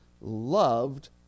loved